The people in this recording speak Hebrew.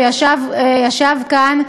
וישב כאן,